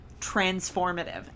transformative